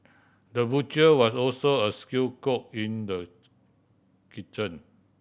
the butcher was also a skilled cook in the kitchen